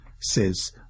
says